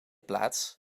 plaats